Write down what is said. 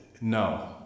no